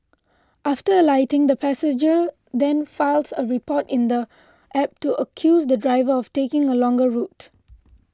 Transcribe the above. after alighting the passenger then files a report in the app to accuse the driver of taking a longer route